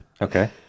Okay